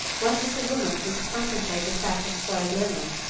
was this a woman who could contemplate the fact of soiled linen?